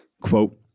Quote